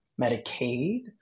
Medicaid